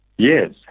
Yes